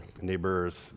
neighbors